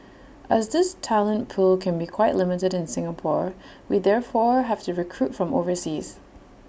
as this talent pool can be quite limited in Singapore we therefore have to recruit from overseas